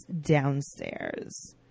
downstairs